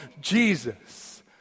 Jesus